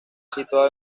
situado